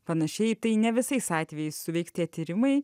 panašiai tai ne visais atvejais suveiks tie tyrimai